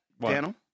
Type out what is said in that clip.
Daniel